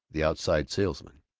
the outside salesman.